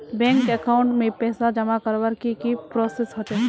Bank account में पैसा जमा करवार की की प्रोसेस होचे?